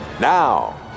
now